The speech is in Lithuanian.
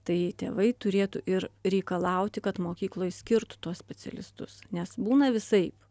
tai tėvai turėtų ir reikalauti kad mokykloj skirtų tuos specialistus nes būna visaip